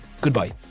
goodbye